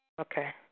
Okay